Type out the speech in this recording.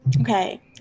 Okay